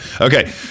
okay